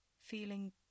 feeling